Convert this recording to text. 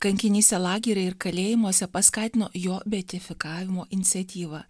kankinystė lagery ir kalėjimuose paskatino jo betifikavimo inciatyvą